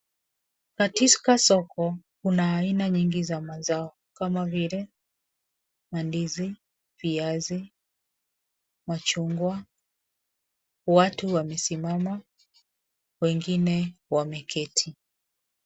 Katika soko kuna nyingi za mazao kama vile, mandizi, viazi machungwa. Watu wamesimama, wengine wameketi.